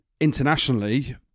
internationally